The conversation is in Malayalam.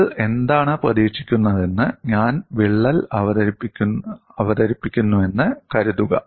നിങ്ങൾ എന്താണ് പ്രതീക്ഷിക്കുന്നതെന്ന് ഞാൻ വിള്ളൽ അവതരിപ്പിക്കുന്നുവെന്ന് കരുതുക